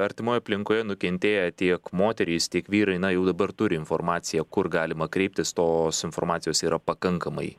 artimoj aplinkoje nukentėję tiek moterys tiek vyrai na jau dabar turi informaciją kur galima kreiptis tos informacijos yra pakankamai